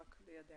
רק ליידע.